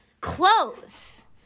clothes